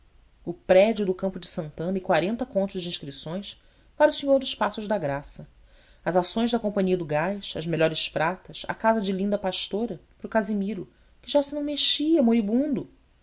o prédio do campo de santana e quarenta contos de inscrições para o senhor dos passos da graça as ações da companhia do gás as melhores pratas a casa de linda apastora para o casimiro que já se não mexia moribundo